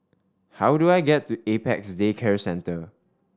how do I get to Apex Day Care Centre